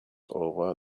over